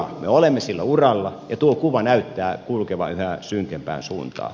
me olemme sillä uralla ja tuo kuva näyttää kulkevan yhä synkempään suuntaan